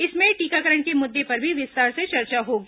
इसमें टीकाकरण के मुद्दे पर भी विस्तार से चर्चा होगी